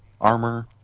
Armor